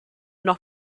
noch